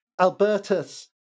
Albertus